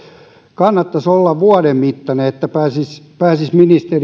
kannattaisi olla vuoden mittainen että pääsisi pääsisi ministeri itse